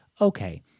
okay